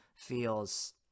feels